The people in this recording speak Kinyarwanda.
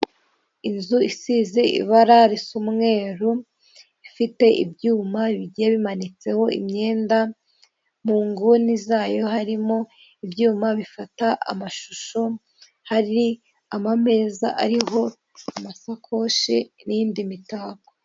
Inzu isize ibara risa umweru ifite ibyuma bigiye bimanitseho imyenda, mu nguni zayo harimo ibyuma bifata amashusho hari ameza ariho amasakoshi n'indi mitako.